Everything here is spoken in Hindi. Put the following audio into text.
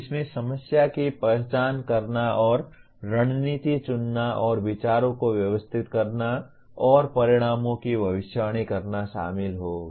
इसमें समस्या की पहचान करना और रणनीति चुनना और विचारों को व्यवस्थित करना और परिणामों की भविष्यवाणी करना शामिल होगा